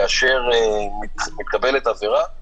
כאשר מתקבלת עבירה,